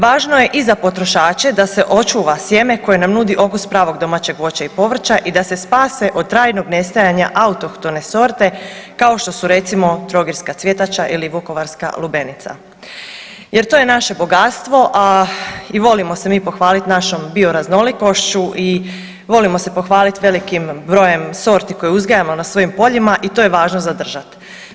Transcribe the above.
Važno je i za potrošače da se očuva sjeme koje nam nudi okus pravog domaćeg voća i povrća i da se spase od trajnog nestajanja autohtone sorte kao što su recimo trogirska cvjetača ili vukovarska lubenica jer to je naše bogatstvo i volimo se mi pohvaliti našom bioraznolikošću i volimo se pohvaliti velikim brojem sorti koje uzgajamo na svojim poljima i to je važno zadržat.